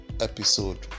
episode